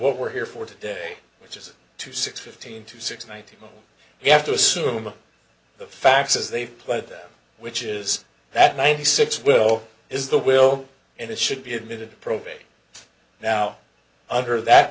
what we're here for today which is to six fifteen to six nineteen we have to assume the facts as they play that which is that ninety six will is the will and it should be admitted to probate now under that